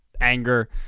anger